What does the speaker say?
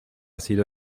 sido